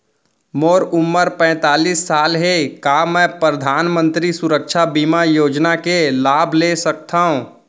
मोर उमर पैंतालीस साल हे का मैं परधानमंतरी सुरक्षा बीमा योजना के लाभ ले सकथव?